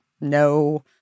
no